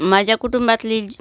माझ्या कुटुंबातली